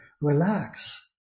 relax